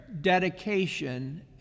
dedication